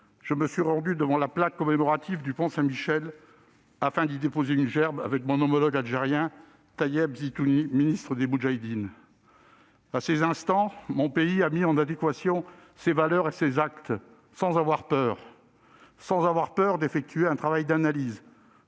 je me suis rendu devant la plaque commémorative du pont Saint-Michel afin d'y déposer une gerbe avec mon homologue algérien, Tayeb Zitouni, ministre des moudjahidines. En ces instants, notre pays a mis en adéquation ses valeurs et ses actes, sans avoir peur d'effectuer un travail d'analyse.